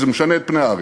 זה משנה את פני הארץ.